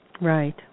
Right